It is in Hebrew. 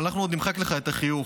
אבל אנחנו עוד נמחק לך את החיוך.